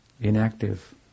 Inactive